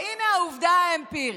והינה העובדה האמפירית.